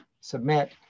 submit